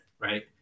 right